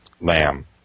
lamb